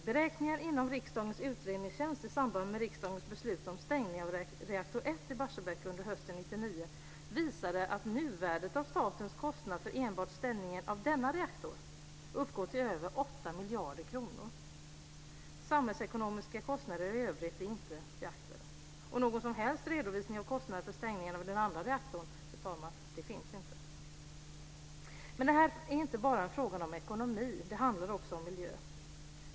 Beräkningar av Riksdagens utredningstjänst i samband med riksdagens beslut om stängning av reaktor 1 i Barsebäck under hösten 1999 visade att nuvärdet av statens kostnad för enbart stängningen av denna reaktor uppgår till över 8 miljarder kronor. Samhällsekonomiska kostnader i övrigt är inte beaktade. Och någon som helst redovisning av kostnader för stängning av den andra reaktorn, fru talman, finns inte. Men det här är inte bara en fråga om ekonomi. Det handlar också om miljö.